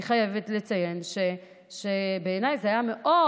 אני חייבת לציין שבעיניי זה היה מאוד